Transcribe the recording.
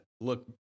look